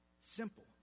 Simple